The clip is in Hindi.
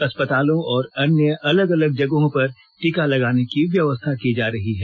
अस्पतालों और अन्य अलग अलग जगहों पर टीका लगाने की व्यवस्था की जा रही है